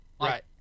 right